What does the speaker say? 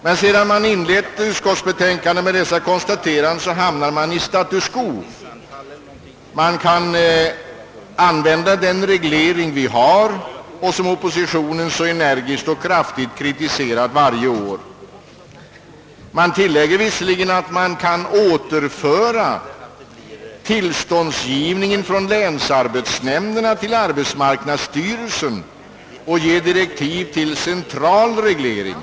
Sedan de borgerliga inlett utlåtandet med dessa konstateranden, hamnar de i status quo. Vi kan använda den reglering vi har, menar de — den reglering alltså som man på borgerligt håll så energiskt och kraftigt kritiserat varje år. De tillägger visserligen, att tillståndsgivningen skulle kunna återföras från länsarbetsnämnderna till arbetsmarknadsstyrelsen, som skulle få direktiv till central reglering.